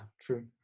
true